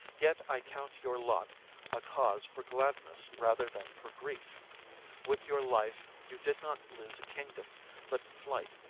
yet i count your lot a cause for gladness rather than for grief with your life you did not lose a kingdom but flight,